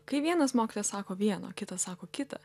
kai vienas mokytojas sako vieną o kitas sako kitą